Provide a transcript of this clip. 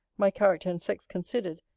my character and sex considered,